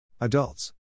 Adults